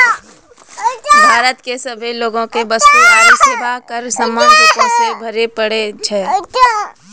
भारतो के सभे लोगो के वस्तु आरु सेवा कर समान रूपो से भरे पड़ै छै